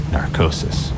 Narcosis